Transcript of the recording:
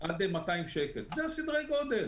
עד 200 שקל הן בסדר גודל